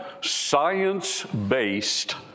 science-based